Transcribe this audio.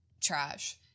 trash